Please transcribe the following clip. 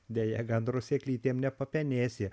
deja gandro sėklytėm nepapenėsi